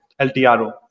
LTRO